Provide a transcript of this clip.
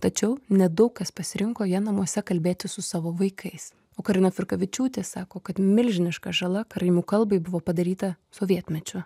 tačiau nedaug kas pasirinko ja namuose kalbėti su savo vaikais o karina firkavičiūtė sako kad milžiniška žala karaimų kalbai buvo padaryta sovietmečiu